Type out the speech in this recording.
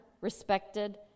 respected